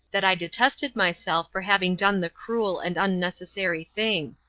that i detested myself for having done the cruel and unnecessary thing.